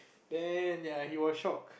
then ya he was shocked